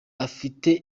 ufite